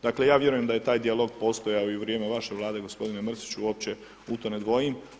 Dakle, ja vjerujem da je taj dijalog postojao i u vrijeme vaše Vlade gospodine Mrsiću, uopće u to ne dvojim.